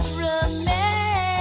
remain